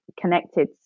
connected